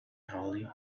hollie